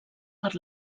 per